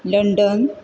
London